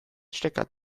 stecker